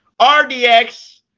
RDX